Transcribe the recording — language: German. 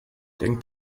denk